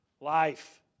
life